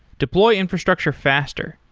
deploy infrastructure faster.